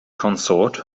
consort